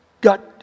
got